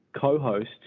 co-host